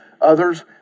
Others